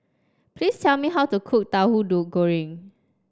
please tell me how to cook Tauhu Goreng